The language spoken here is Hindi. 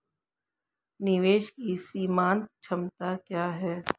निवेश की सीमांत क्षमता क्या है?